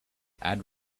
add